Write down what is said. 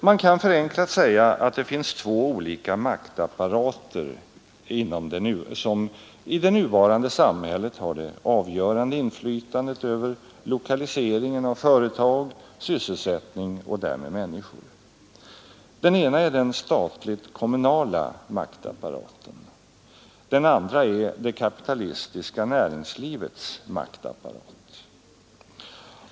Det kan förenklat sägas att det finns två olika maktapparater som i det nuvarande samhället har det avgörande inflytandet över lokaliseringen av företag, sysselsättning och därmed människor. Den ena är den statligt-kommunala maktapparaten. Den andra är det kapitalistiska näringslivets maktapparat.